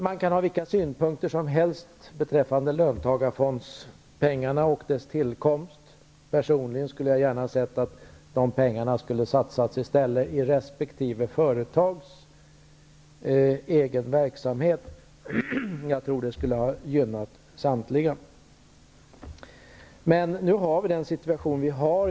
Man kan ha vilka synpunkter som helst beträffande löntagarfondspengarna och fondens tillkomst. Personligen skulle jag gärna ha sett att dessa pengar i stället satsats i resp. företags egen verksamhet. Jag tror det skulle ha gynnat samtliga. Men nu har vi den situation vi har.